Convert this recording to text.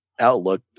outlook